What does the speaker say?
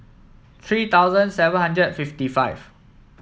three thousand seven hundred fifty five